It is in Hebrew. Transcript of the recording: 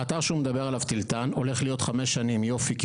האתר שהוא מדבר עליו תלתן הולך להיות חמש שנים יופי,